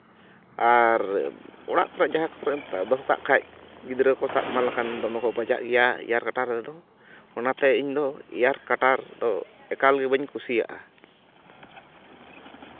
ᱟᱨ ᱚᱲᱟᱜ ᱠᱚᱨᱮᱡ ᱡᱟᱦᱟᱱᱟᱜ ᱮᱢ ᱫᱚᱦᱚ ᱠᱟᱜ ᱠᱷᱟᱡ ᱜᱤᱫᱽᱨᱟᱹ ᱠᱚ ᱥᱟᱵ ᱮᱢᱟᱱ ᱞᱮᱠᱷᱟᱡ ᱫᱚᱢᱮ ᱠᱚ ᱵᱟᱡᱟᱜ ᱜᱮᱭᱟ ᱮᱭᱟᱨ ᱠᱟᱴᱟᱨ ᱛᱮᱫᱚ ᱚᱱᱟᱛᱮ ᱤᱧ ᱫᱚ ᱮᱭᱟᱨ ᱠᱟᱴᱟᱨ ᱫᱚ ᱮᱠᱟᱞ ᱜᱮᱵᱟᱹᱧ ᱠᱩᱥᱤᱭᱟᱜᱼᱟ